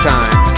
Time